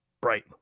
bright